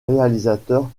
réalisateur